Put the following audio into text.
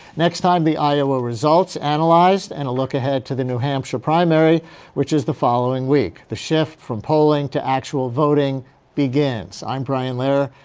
next time, the iowa results analyzed and a look ahead to the new hampshire primary which is the following week. the shift from polling to actual voting begins. i'm brian lehrer,